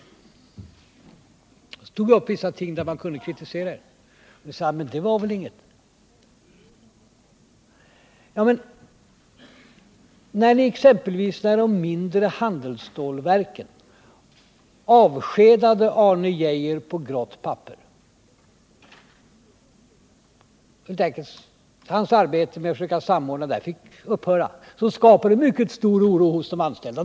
Sedan tog jag upp vissa ting där man kan kritisera er. Till det svarade Ola Ullsten: Men det var väl ingenting. När ni exempelvis i fråga om de mindre handelsstålverken avskedade Arne Geijer på grått papper, och hans arbete med att samordna dem fick upphöra, skapade det mycket stor oro hos de anställda.